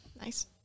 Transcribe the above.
nice